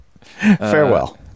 Farewell